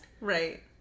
Right